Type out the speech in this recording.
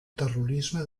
terrorisme